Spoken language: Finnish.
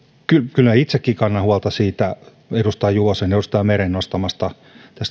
kyllä itsekin kannan huolta edustaja juvosen ja edustaja meren nostamasta